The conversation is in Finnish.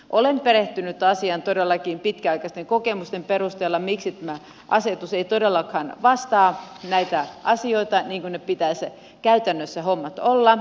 olen perehtynyt asiaan todellakin pitkäaikaisten kokemusten perusteella miksi tämä asetus ei todellakaan vastaa näitä asioita niin kuin pitäisi käytännössä hommien olla